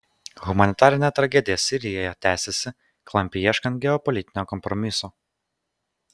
humanitarinė tragedija sirijoje tęsiasi klampiai ieškant geopolitinio kompromiso